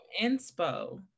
inspo